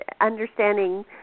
understanding